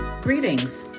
Greetings